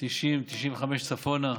95 צפונה.